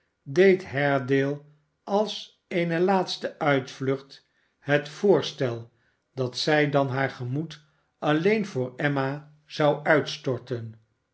deed haredale als eene laatste uitvlucht het voorstel dat zij dan haar gemoed alleen voor emma zou uitstorten